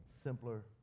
simpler